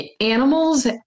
animals